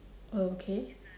okay